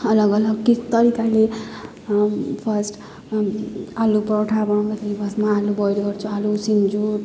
अलग अलग किस तरिकाले फर्स्ट आलु परठा बनाउँदाखेरि फर्स्टमा आलु बोइल गर्छु आलु उसिन्छु